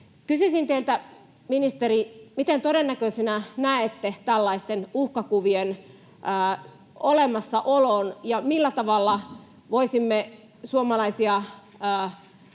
Kysyisin teiltä, ministeri: Miten todennäköisenä näette tällaisten uhkakuvien olemassaolon? Millä tavalla voisimme suomalaisia